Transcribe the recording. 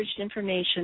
information